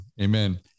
amen